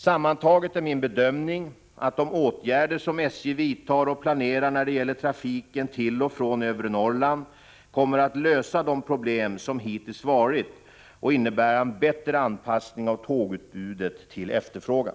Sammantaget är min bedömning att de åtgärder som SJ vidtar och planerar när det gäller trafiken till och från övre Norrland kommer att lösa de problem som hittills varit och innebära en bättre anpassning av tågutbudet till efterfrågan.